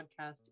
podcast